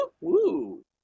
woo